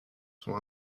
sont